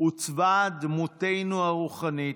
עוצבה דמותנו הרוחנית,